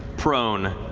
prone.